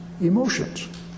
emotions